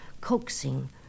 coaxing